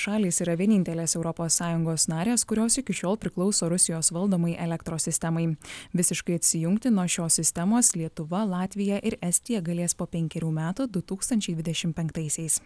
šalys yra vienintelės europos sąjungos narės kurios iki šiol priklauso rusijos valdomai elektros sistemai visiškai atsijungti nuo šios sistemos lietuva latvija ir estija galės po penkerių metų du tūkstančiai dvidešim penktaisiais